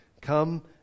come